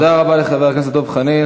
תודה רבה לחבר הכנסת דב חנין.